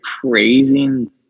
praising